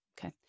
Okay